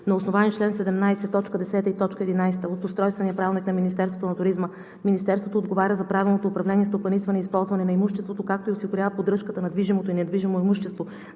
На основание чл. 17, т. 10 и т. 11 от Устройствения правилник на Министерството на туризма, Министерството отговаря за правилното управление, стопанисване и използване на имуществото, както и осигурява поддръжката на движимото и недвижимо имущество